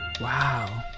Wow